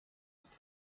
ist